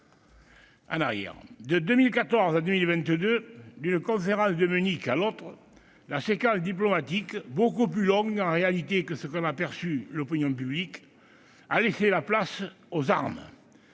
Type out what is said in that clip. en arrière. De 2014 à 2022, d'une conférence de Munich à l'autre, la séquence diplomatique, beaucoup plus longue en réalité que ce qu'en a perçu l'opinion publique, a laissé la place aux armes.